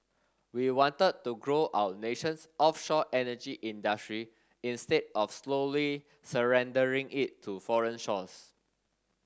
we wanted to grow our nation's offshore energy industry instead of slowly surrendering it to foreign shores